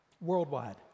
worldwide